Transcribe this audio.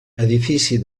edifici